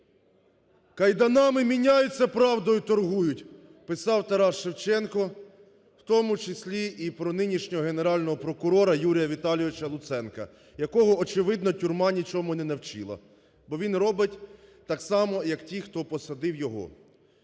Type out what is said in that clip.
"Кайданами міняються, правдою торгують", – писав Тарас Шевченко. В тому числі і про нинішнього Генерального прокурора Юрія Віталійовича Луценка, якого очевидно тюрма нічому не навчила, бо він робить так само, хто посадив його.